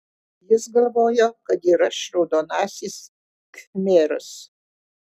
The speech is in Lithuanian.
jis galvojo kad ir aš raudonasis khmeras